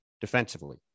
defensively